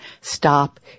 stop